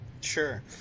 Sure